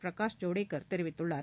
பிரகாஷ் ஜவடேகர் தெரிவித்துள்ளார்